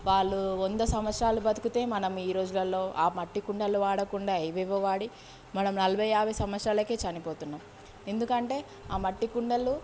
వాళ్ళు వంద సంవత్సరాలు బతుకుతే మనము ఈ రోజుల్లో ఆ మట్టి కుండలు వాడకుండా ఏవేవో వాడి మనము నలభై యాభై సంవత్సరాలకే చనిపోతున్నాం ఎందుకంటే ఆ మట్టి కుండలు